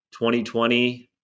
2020